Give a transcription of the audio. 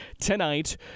tonight